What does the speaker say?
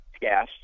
Gas